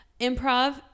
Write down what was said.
improv